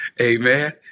amen